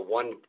one